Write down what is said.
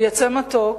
יצא מתוק,